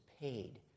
paid